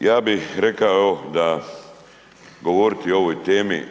Ja bih rekao da govoriti o ovoj temi